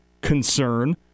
concern